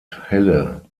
helle